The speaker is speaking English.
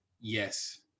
Yes